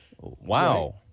Wow